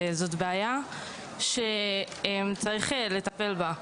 זו בעיה שצריך לטפל בה.